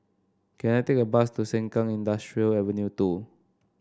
can I take a bus to Sengkang Industrial Avenue two